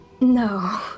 No